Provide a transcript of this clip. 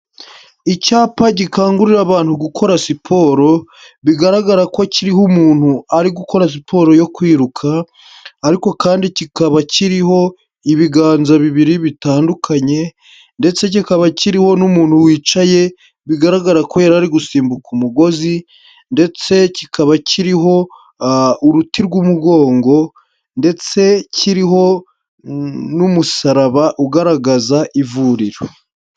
Icyapa gikangurira abantu gukora siporo, bigaragara ko kiriho umuntu ari gukora siporo yo kwiruka, ariko kandi kikaba kiriho ibiganza bibiri bitandukanye, ndetse kikaba kiriho n'umuntu wicaye, bigaragara ko yari ari gusimbuka umugozi, ndetse kikaba kiriho uruti rw'umugongo, ndetse kiriho n'umusaraba ugaragaza ivuriro.